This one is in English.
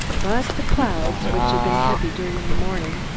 but the clouds, which had been heavy during the morning,